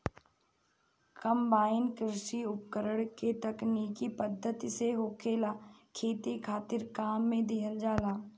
combine कृषि उपकरण के तकनीकी पद्धति से होखे वाला खेती खातिर काम में लिहल जाला